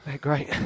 great